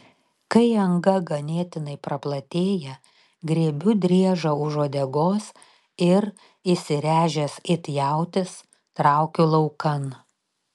kai anga ganėtinai praplatėja griebiu driežą už uodegos ir įsiręžęs it jautis traukiu laukan